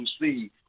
see